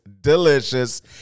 delicious